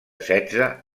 setze